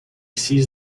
sees